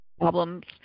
problems